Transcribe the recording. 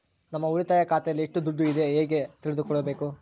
ನಮ್ಮ ಉಳಿತಾಯ ಖಾತೆಯಲ್ಲಿ ಎಷ್ಟು ದುಡ್ಡು ಇದೆ ಹೇಗೆ ತಿಳಿದುಕೊಳ್ಳಬೇಕು?